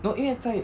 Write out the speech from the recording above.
no 因为在